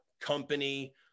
company